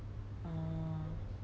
uh